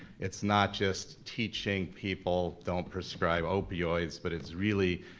it's not just teaching people, don't prescribe opioids, but it's really,